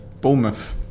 Bournemouth